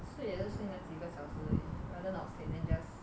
so 也是睡那几个小时而已 rather not sleep then just